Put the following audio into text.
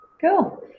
Cool